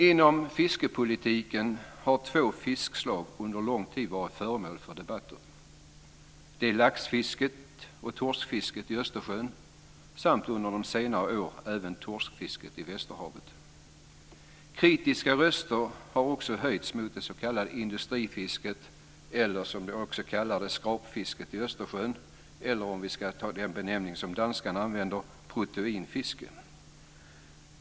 Inom fiskepolitiken har två fiskslag under lång tid varit föremål för debatter. Det är laxfisket och torskfisket i Östersjön, samt under de senare åren även torskfisket i västerhavet. Kritiska röster har också höjts mot det s.k. industrifisket eller, som man också kallar det, skrapfisket i Östersjön. Vi kan också ta den benämning som danskarna använder: proteinfiske.